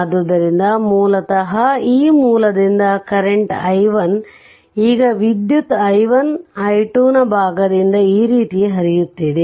ಆದ್ದರಿಂದ ಮೂಲತಃ ಈ ಮೂಲದಿಂದ ಕರೆಂಟ್ i1 ಈಗ ವಿದ್ಯುತ್ i1 i2 ನ ಭಾಗದಿಂದ ಈ ರೀತಿ ಹರಿಯುತ್ತಿದೆ